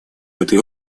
этой